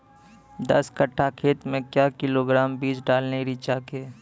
दस कट्ठा खेत मे क्या किलोग्राम बीज डालने रिचा के?